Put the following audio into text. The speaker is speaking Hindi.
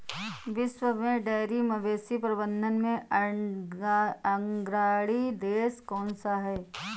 विश्व में डेयरी मवेशी प्रबंधन में अग्रणी देश कौन सा है?